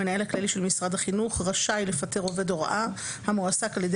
המנהל הכללי של משרד החינוך רשאי לפטר עובד הוראה המועסק על ידי